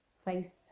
face